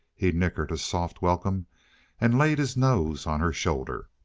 he nickered a soft welcome and laid his nose on her shoulder.